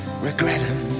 regretting